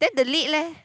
then the lid leh